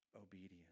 obedience